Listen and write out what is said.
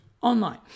online